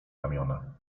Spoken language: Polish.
ramiona